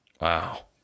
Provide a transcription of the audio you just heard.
Wow